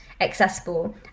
accessible